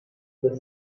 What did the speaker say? the